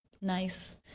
nice